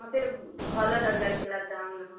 ମୋତେ ଭଲ ଦରକାର ଥିଲା ଦାମ୍ ନୁହଁ